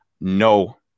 no